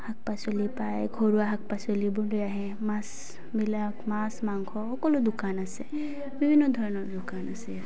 শাক পাচলি পায় ঘৰুৱা শাক পাচলিবোৰ লৈ আহে মাছবিলাক মাছ মাংস সকলো দোকান আছে বিভিন্ন ধৰণৰ দোকান আছে